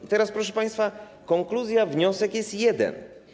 I teraz, proszę państwa, konkluzja, wniosek jest jeden.